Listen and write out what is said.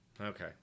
Okay